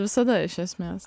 visada iš esmės